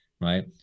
right